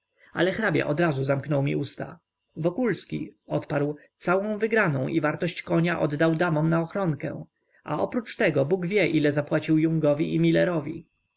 ale hrabia odrazu zamknął mi usta wokulski odparł całą wygranę i wartość konia oddał damom na ochronkę a oprócz tego bóg wie ile zapłacił yungowi i millerowi czy